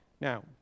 Now